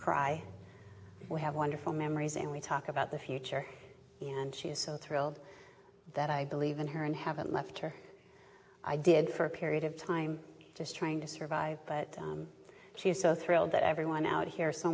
cry we have wonderful memories and we talk about the future and she is so thrilled that i believe in her and haven't left her i did for a period of time just trying to survive but she is so thrilled that everyone out here so